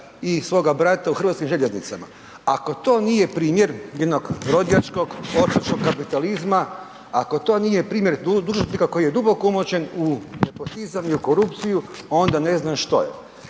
i svoga brata u Hrvatskim željeznicama. Ako to nije primjer jednog rođačkog, ortačkog kapitalizma, ako to nije primjer dužnosnika koji je duboko umočen u nepotizam i u korupciju, onda ne znam što je.